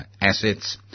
assets